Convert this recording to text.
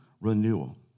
renewal